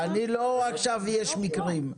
אני לא עכשיו "יש מקרים".